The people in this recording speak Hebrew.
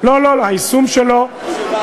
זה לא